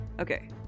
Okay